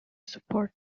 support